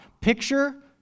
picture